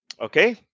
okay